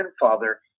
grandfather